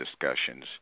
discussions